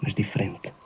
the force